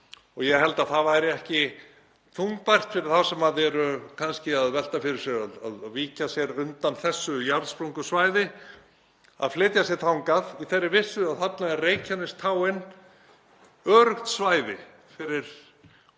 og ég held að það væri ekki þungbært fyrir þá sem eru kannski að velta fyrir sér að víkja sér undan þessu jarðsprengjusvæði, að flytjast þangað í þeirri vissu að þarna er Reykjanestáin öruggt svæði fyrir